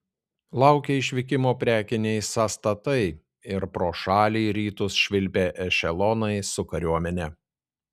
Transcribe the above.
laukė išvykimo prekiniai sąstatai ir pro šalį į rytus švilpė ešelonai su kariuomene